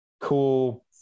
Cool